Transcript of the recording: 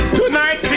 tonight